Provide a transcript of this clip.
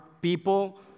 people